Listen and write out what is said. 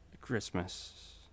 Christmas